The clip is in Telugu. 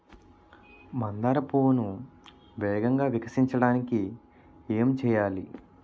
మందార పువ్వును వేగంగా వికసించడానికి ఏం చేయాలి?